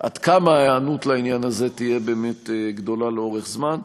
עד כמה ההיענות לעניין הזה תהיה באמת גדולה לאורך זמן.